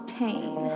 pain